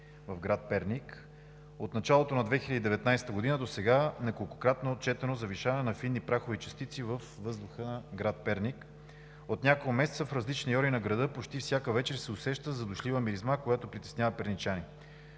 въздух в град Перник? От началото на 2019 г. досега неколкократно е отчетено завишаване на фини прахови частици във въздуха на град Перник. От няколко месеца в различни райони на града почти всяка вечер се усеща задушлива миризма, която притеснява перничани.